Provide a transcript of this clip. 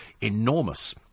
enormous